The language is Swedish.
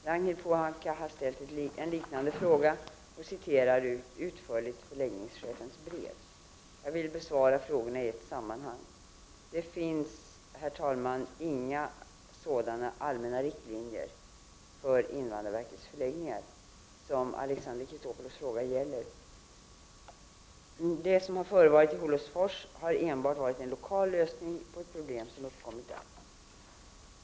Ragnhild Pohanka har ställt en liknande fråga och citerar utförligt förläggningschefens brev. Jag vill besvara frågorna i ett sammanhang. Det finns, herr talman, inga sådana allmänna riktlinjer för invandrarverkets förläggningar som Alexander Chrisopoulos fråga gäller. Det som har förevarit i Olofsfors har enbart varit en lokal lösning på ett problem som uppkommit där.